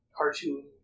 cartoon